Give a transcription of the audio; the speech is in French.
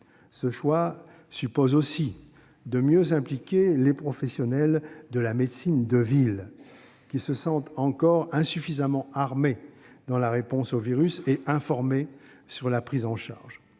Elle suppose aussi de mieux impliquer les professionnels de la médecine de ville, qui se sentent encore insuffisamment armés dans la réponse au virus et trop peu informés quant à sa prise en charge.